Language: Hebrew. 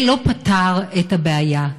זה לא פתר את הבעיה.